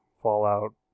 Fallout